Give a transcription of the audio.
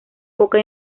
poca